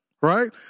right